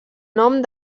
nom